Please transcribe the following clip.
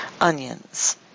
Onions